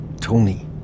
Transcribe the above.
Tony